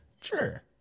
sure